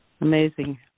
Amazing